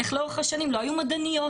איך לאורך השנים לא היו מדעניות,